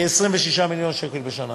כ-26 מיליון שקל בשנה,